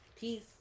Peace